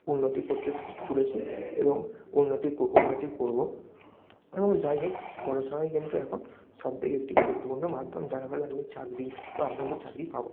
উন্নতি করতে স তুলেছি এবং উন্নতি উন্নতি করবো এবং যাইহোক পড়াশোনাই কিন্তু এখন সবথেকে একটি গুরুত্বপূর্ণ মাধ্যম যার ফলে আমাদের চাকরি বা আমরা একটা চাকরি পাবো